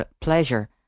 pleasure